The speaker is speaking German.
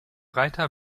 reiter